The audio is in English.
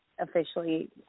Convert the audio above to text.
officially